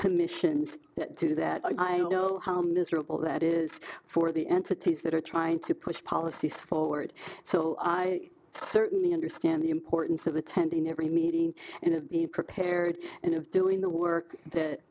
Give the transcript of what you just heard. commissions to do that i know how miserable that is for the entities that are trying to push policies forward so i certainly understand the importance of attending every meeting and to be prepared and of doing the work